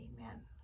Amen